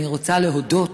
אני רוצה להודות